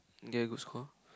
get a good score